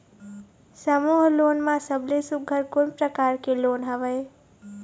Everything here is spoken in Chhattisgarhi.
समूह लोन मा सबले सुघ्घर कोन प्रकार के लोन हवेए?